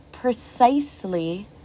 precisely